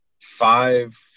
five